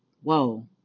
Whoa